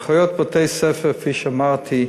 כפי שאמרתי,